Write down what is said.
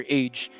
age